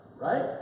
right